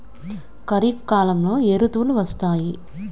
ఖరిఫ్ కాలంలో ఏ ఋతువులు వస్తాయి?